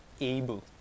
able